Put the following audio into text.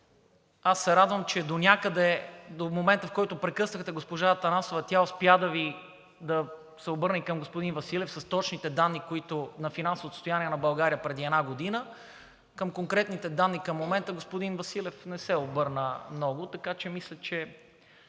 Аз се радвам, че донякъде – до момента, в който прекъснахте госпожа Атанасова, тя успя да се обърне към господин Василев с точните данни на финансовото състояние на България преди една година. Към конкретните данни към момента господин Василев не се обърна много, така че мисля, че